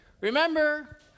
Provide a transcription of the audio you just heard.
remember